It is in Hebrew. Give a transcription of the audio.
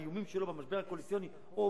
באיומים שלו במשבר הקואליציוני או